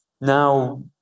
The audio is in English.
now